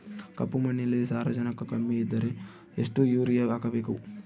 ಕಪ್ಪು ಮಣ್ಣಿನಲ್ಲಿ ಸಾರಜನಕ ಕಮ್ಮಿ ಇದ್ದರೆ ಎಷ್ಟು ಯೂರಿಯಾ ಹಾಕಬೇಕು?